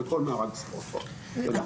תודה.